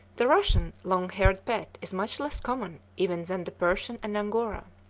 the russian long-haired pet is much less common even than the persian and angora.